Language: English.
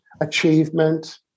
achievement